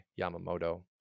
Yamamoto